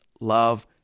love